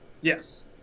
Yes